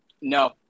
no